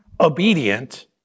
obedient